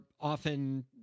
often